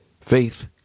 faith